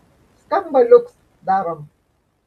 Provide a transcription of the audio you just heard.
skamba liuks darom